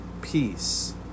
peace